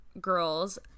girls